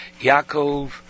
Yaakov